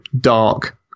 dark